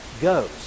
goes